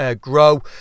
grow